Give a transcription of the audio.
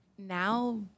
Now